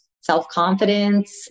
self-confidence